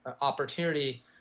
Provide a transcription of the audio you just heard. opportunity